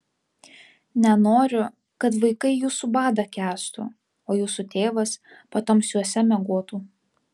nenoriu kad vaikai jūsų badą kęstų o jūsų tėvas patamsiuose miegotų